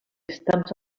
estams